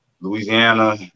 Louisiana